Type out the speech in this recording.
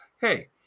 hey